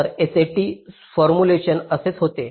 तर SAT formulation असेच होते